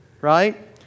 Right